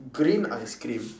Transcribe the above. green ice cream